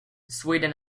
sweden